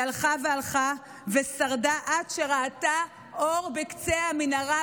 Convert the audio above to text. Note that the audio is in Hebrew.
היא הלכה והלכה ושרדה עד שראתה אור בקצה המנהרה,